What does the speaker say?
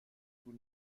طول